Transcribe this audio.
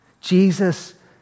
Jesus